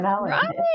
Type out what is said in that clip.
right